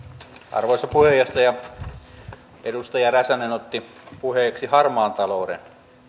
arvoisa puheenjohtaja edustaja räsänen otti puheeksi harmaan talouden